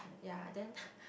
yeah then